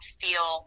feel